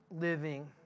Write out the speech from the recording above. living